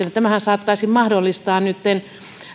että tämähän saattaisi mahdollistaa